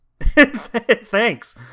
thanks